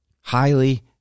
Highly